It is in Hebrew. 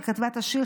כשהיא כתבה את השיר,